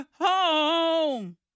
Home